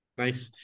nice